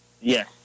Yes